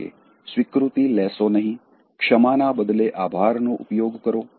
જેમ કે સ્વીકૃતિ લેશો નહીં ક્ષમાના બદલે આભારનો ઉપયોગ કરો